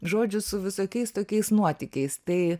žodžiu su visokiais tokiais nuotykiais tai